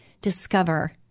discover